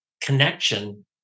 connection